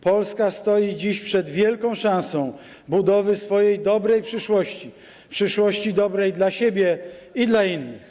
Polska stoi dziś przed wielką szansą budowy swojej dobrej przyszłości, przyszłości dobrej dla siebie i dla innych.